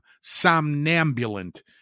Somnambulant